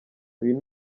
uyu